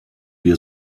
wir